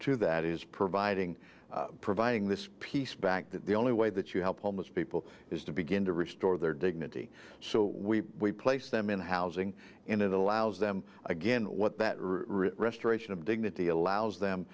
to that is providing providing this piece back that the only way that you help homeless people is to begin to restore their dignity so we place them in housing and it allows them again what that restoration of dignity allows them